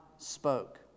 Spoke